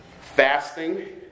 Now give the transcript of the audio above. fasting